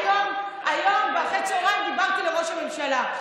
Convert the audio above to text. היום אחרי הצוהריים דיברתי אל ראש הממשלה,